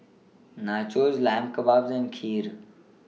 Nachos Lamb Kebabs and Kheer